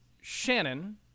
Shannon